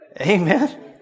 Amen